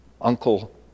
uncle